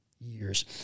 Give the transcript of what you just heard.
years